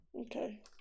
Okay